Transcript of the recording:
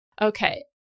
Okay